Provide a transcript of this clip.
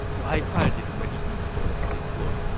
so i filed this petition before the supreme court,